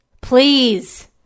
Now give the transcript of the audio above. Please